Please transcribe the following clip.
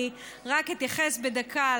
אני לא מעוניינת להגיד לך.